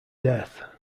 death